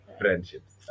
friendships